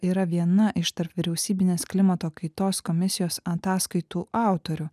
yra viena iš tarpvyriausybinės klimato kaitos komisijos ataskaitų autorių